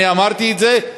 ואני אמרתי את זה,